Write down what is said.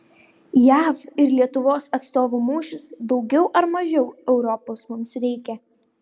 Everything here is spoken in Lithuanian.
jav ir lietuvos atstovų mūšis daugiau ar mažiau europos mums reikia